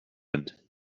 and